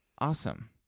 awesome